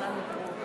חברי הכנסת נא לשבת,